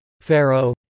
Pharaoh